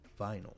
vinyl